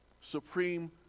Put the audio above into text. supreme